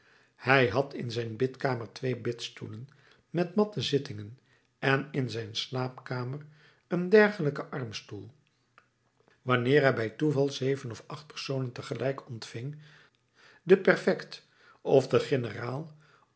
hij had in zijn bidkamer twee bidstoelen met matten zittingen en in zijn slaapkamer een dergelijken armstoel wanneer hij bij toeval zeven of acht personen te gelijk ontving den prefect of den generaal